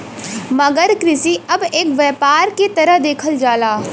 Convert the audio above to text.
मगर कृषि अब एक व्यापार के तरह देखल जाला